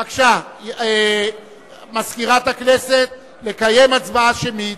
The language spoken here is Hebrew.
בבקשה, מזכירת הכנסת, לקיים הצבעה שמית.